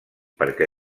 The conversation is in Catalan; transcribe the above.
perquè